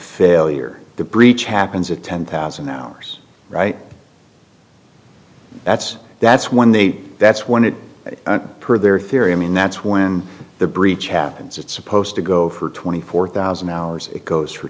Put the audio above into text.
failure the breach happens at ten thousand hours right that's that's when they that's when it per their theory i mean that's when the breach happens it's supposed to go for twenty four thousand hours it goes